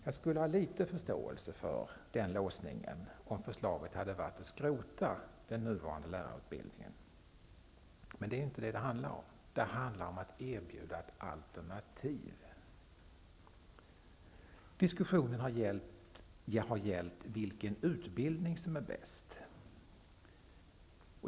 Jag skulle ha litet förståelse för denna låsning om förslaget hade gått ut på att skrota den nuvarande lärarutbildningen, men det är ju inte vad det handlar om. Det handlar om att erbjuda ett alternativ. Diskussionen har gällt vilken utbildning som är bäst.